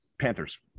Panthers